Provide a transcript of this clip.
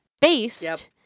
based